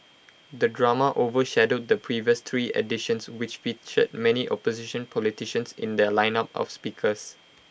the drama overshadowed the previous three editions which featured many opposition politicians in their lineup of speakers